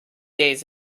days